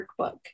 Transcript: Workbook